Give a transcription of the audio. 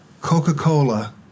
Coca-Cola